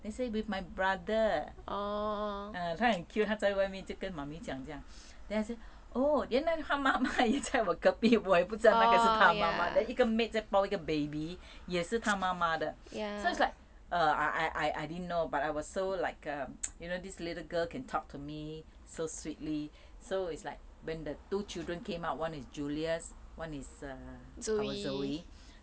then say with my brother err 她很 cute 她在外面就跟 mummy 讲将 then I say oh 原来她妈妈也在我隔壁我也不知道是她的妈妈一个 maid 再抱一个 baby 也是她妈妈的 so it's like err I I didn't know but I was so like uh you know this little girl can talk to me so sweetly so it's like when the two children came up one is julius one is err our zoe